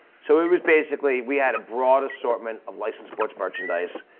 so it was basically we had a broad assortment of license ports merchandise